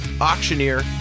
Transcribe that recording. auctioneer